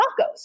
tacos